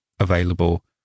Available